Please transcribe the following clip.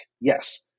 Yes